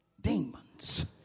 demons